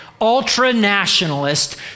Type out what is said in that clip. ultra-nationalist